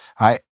right